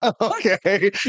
Okay